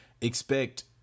expect